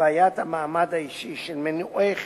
לבעיית המעמד האישי של מנועי חיתון,